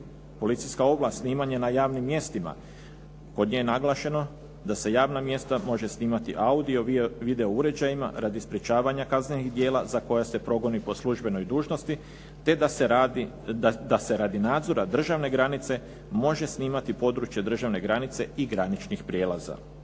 Policijska ovlast, snimanje na javnim mjestima, kod nje naglašeno da se javna mjesta može snimati audio-video uređajima radi sprječavanja kaznenih djela za koja se provodi po službenoj dužnosti te da se radi nadzora državne granice može snimati područje državne granice i graničnih prijelaza.